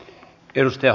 kiitos